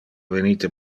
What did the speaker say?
venite